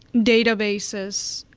databases.